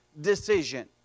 decision